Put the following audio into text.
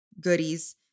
goodies